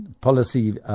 policy